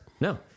no